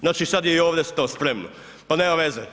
Znači, sada je i ovdje to spremno, pa nema veze.